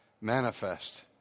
manifest